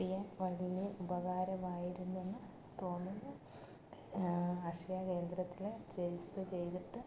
കിട്ടിയാൽ വളരെ ഉപകാരമായിരുന്നെന്ന് തോന്നുന്നു അക്ഷയ കേന്ദ്രത്തിൽ രജിസ്റ്റർ ചെയ്തിട്ട്